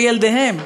ובלי ילדיהם,